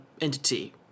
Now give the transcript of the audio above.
entity